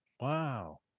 Wow